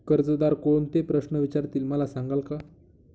कर्जदार कोणते प्रश्न विचारतील, मला सांगाल का?